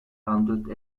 handelt